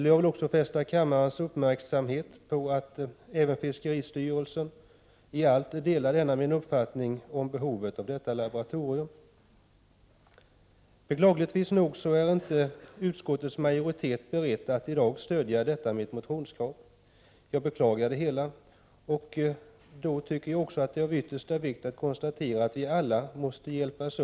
I Jag vill också fästa kammarens uppmärksamhet på att även fiskeristyrelsen | i allt delar denna min uppfattning om behovet av detta laboratorium. Jag Prot. 1988/89:44 beklagar att utskottets majoritet inte är beredd att i dag stödja detta mitt 13 december 1988 motionskrav. Då är det av yttersta vikt att konstatera att vi alla måste hjälpas.